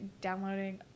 downloading